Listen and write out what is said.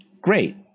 great